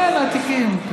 אה, מעתיקים.